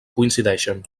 coincideixen